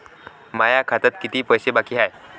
माया खात्यात कितीक पैसे बाकी हाय?